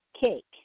cake